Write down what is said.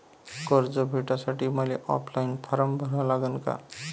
कर्ज भेटासाठी मले ऑफलाईन फारम भरा लागन का?